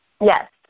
Yes